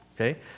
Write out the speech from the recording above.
okay